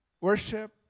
Worship